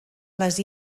les